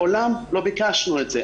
מעולם לא ביקשנו את זה.